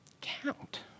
Count